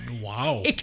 Wow